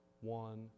one